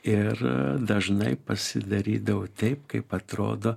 ir dažnai pasidarydavau taip kaip atrodo